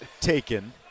taken